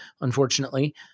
unfortunately